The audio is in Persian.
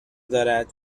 دارد